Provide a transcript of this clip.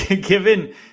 given